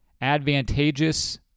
advantageous